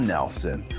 Nelson